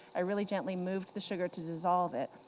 i really gently moved the sugar to dissolve it.